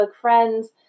friends